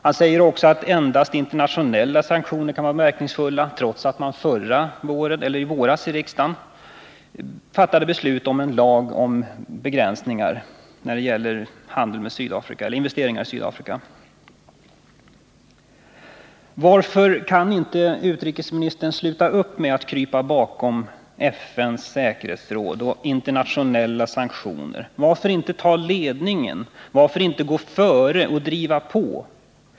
Han säger också att endast internationella sanktioner kan vara verkningsfulla — trots att man i riksdagen i våras fattade beslut om en lag om begränsningar när det gäller investeringar i Sydafrika. Varför kan inte utrikesministern sluta upp med att krypa bakom FN:s säkerhetsråd och internationella sanktioner? Varför inte ta ledningen? Varför inte gå före och driva på?